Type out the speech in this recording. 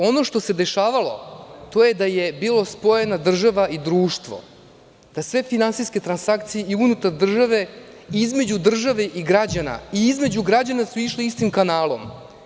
Ono što se dešavalo, to je da je bila spojena država i društvo, da sve finansijske transakcije i unutar države, i između države i građana i između građana su išli istim kanalom.